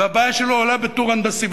והבעיה שלו עולה בטור הנדסי.